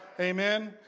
Amen